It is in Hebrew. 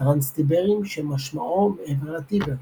– trans Tiberim שמשמעו "מעבר לטיבר".